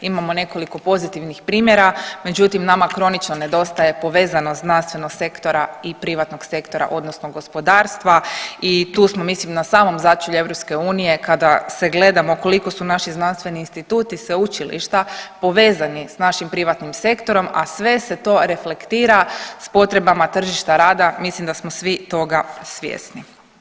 Imamo nekoliko pozitivnih primjera, međutim nama kronično nedostaje povezanost znanstvenog sektora i privatnog sektora odnosno gospodarstva i tu smo mislim na samom začelju EU kada se gledamo koliko su naši znanstveni instituti i sveučilišta povezani s našim privatnim sektorom, a sve se to reflektira s potrebama tržišta rada, mislim da smo svi toga svjesni.